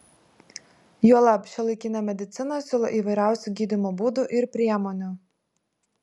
juolab šiuolaikinė medicina siūlo įvairiausių gydymo būdų ir priemonių